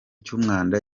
cy’umwanda